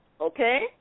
Okay